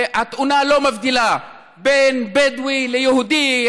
התאונה לא מבדילה בין בדואי ליהודי,